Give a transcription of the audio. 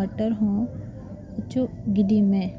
ᱟᱨ ᱦᱚᱸ ᱚᱪᱚᱜ ᱜᱤᱰᱤᱭ ᱢᱮ